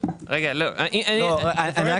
אינם בתוך הבקשה שכלולה היום כי זה באמת